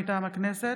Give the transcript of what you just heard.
מטעם הכנסת,